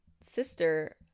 sister